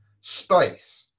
space